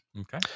Okay